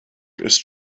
ist